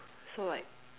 so like